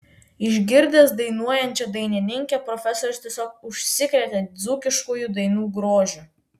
išgirdęs dainuojančią dainininkę profesorius tiesiog užsikrėtė dzūkiškųjų dainų grožiu